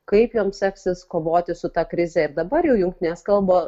kaip jom seksis kovoti su ta krize ir dabar jau jungtinės kalba